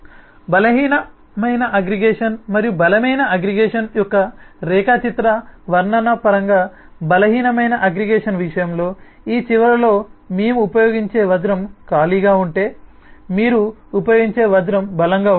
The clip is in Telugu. బలహీనమైన అగ్రిగేషన్ మరియు బలమైన అగ్రిగేషన్ యొక్క రేఖాచిత్ర వర్ణన పరంగా బలహీనమైన అగ్రిగేషన్ విషయంలో ఈ చివరలో మేము ఉపయోగించే వజ్రం ఖాళీగా ఉంటే మీరు ఉపయోగించే వజ్రం బలంగా ఉంటుంది